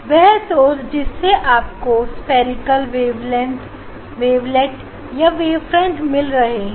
या सोर्स जिससे आपको स्फेरिकल वेव वेवलेट या वेवफ्रंट मिल रहा है